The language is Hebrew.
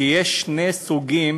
כי יש שני סוגים